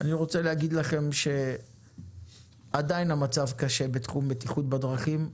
אני רוצה להגיד לכם שעדיין המצב קשה בתחום בטיחות בדרכים,